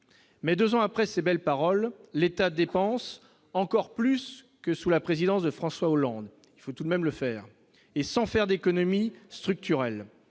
mais 2 ans après ses belles paroles, l'État dépense encore plus que sous la présidence de François Hollande, il faut tout de même le faire, et sans faire d'économies structurelles